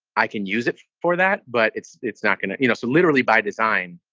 i can use it for that. but it's it's not going to, you know, so literally by design,